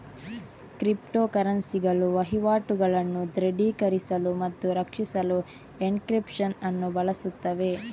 crypto ಕರೆನ್ಸಿಗಳು ವಹಿವಾಟುಗಳನ್ನು ದೃಢೀಕರಿಸಲು ಮತ್ತು ರಕ್ಷಿಸಲು ಎನ್ಕ್ರಿಪ್ಶನ್ ಅನ್ನು ಬಳಸುತ್ತವೆ